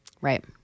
Right